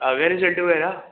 ਆ ਗਿਆ ਰਿਜਲਟ ਵਗੈਰਾ